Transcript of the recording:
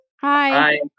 Hi